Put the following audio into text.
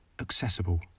accessible